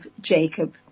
Jacob